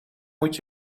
moet